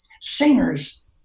singers